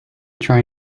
try